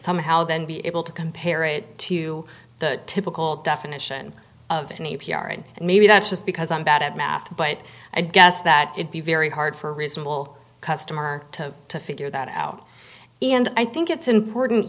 somehow then be able to compare it to the typical definition of any p r and maybe that's just because i'm bad at math but i'd guess that it be very hard for a reasonable customer to to figure that out and i think it's important